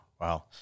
Wow